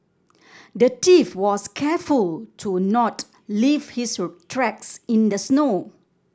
the thief was careful to not leave his tracks in the snow